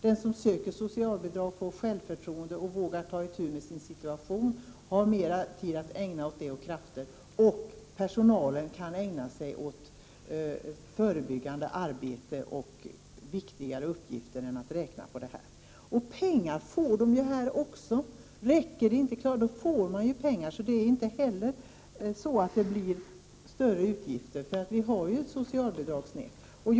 Den som söker socialbidrag får självförtroende och vågar ta itu med sin situation och får mera tid och krafter att ägna åt den. Personalen kan ägna sig åt förebyggande arbete och viktigare uppgifter än att räkna på detta. Pengar får man också. Det blir inte heller större utgifter. Vi har ju ett socialbidragssystem.